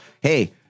hey